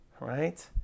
Right